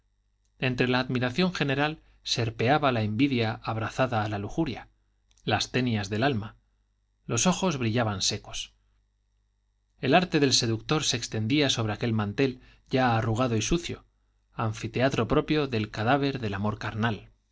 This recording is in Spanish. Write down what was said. entre la admiración general serpeaba la envidia abrazada a la lujuria las tenias del alma los ojos brillaban secos el arte del seductor se extendía sobre aquel mantel ya arrugado y sucio anfiteatro propio del cadáver del amor carnal